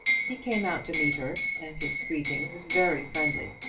he came out to meet her, and his greeting was very friendly.